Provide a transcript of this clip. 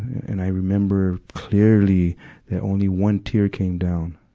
and i remember clearly that only one tear came down.